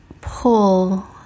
pull